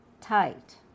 tight